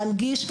להנגיש.